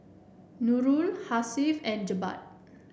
Nurul Hasif and Jebat